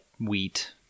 wheat